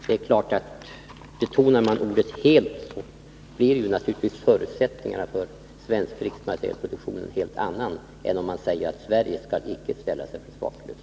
Det är klart att om man betonar ordet helt blir förutsättningarna för svensk krigsmaterielproduktion helt andra än om man säger att Sverige inte skall ställa sig försvarslöst.